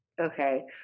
Okay